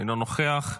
אינו נוכח,